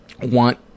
want